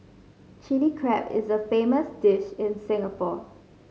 Chilli Crab is a famous dish in Singapore